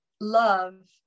love